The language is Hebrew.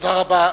תודה רבה.